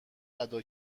ادا